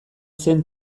zen